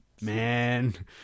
Man